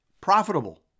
profitable